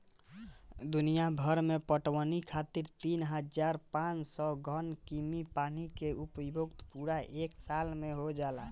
दुनियाभर में पटवनी खातिर तीन हज़ार पाँच सौ घन कीमी पानी के उपयोग पूरा एक साल में हो जाला